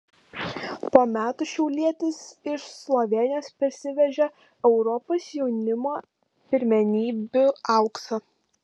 po metų šiaulietis iš slovėnijos parsivežė europos jaunimo pirmenybių auksą